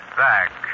back